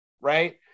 right